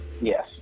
Yes